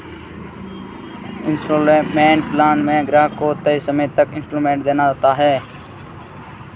instalment plan में ग्राहक को तय समय तक इन्सटॉलमेंट देना होता है